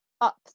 up